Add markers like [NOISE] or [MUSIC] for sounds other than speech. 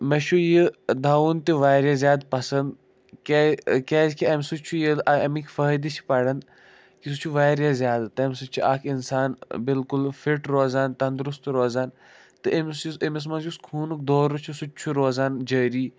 مےٚ چھُ یہِ دَوُن تہِ واریاہ زیادٕ پَسنٛد [UNINTELLIGIBLE] کیٛازکہِ اَمہِ سۭتۍ چھُ ییٚلہِ اَمِکۍ فٲیِدٕ چھِ پَران کہِ سُہ چھُ واریاہ زیادٕ تَمہِ سۭتۍ چھِ اَکھ اِنسان بِلکُل فِٹ روزان تَنٛدرُستہٕ روزان تہٕ أمِس یُس أمِس منٛز یُس خوٗنُک دورٕ چھُ سُہ تہِ چھُ روزان جٲری